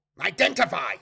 Identify